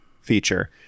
feature